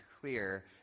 clear